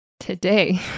today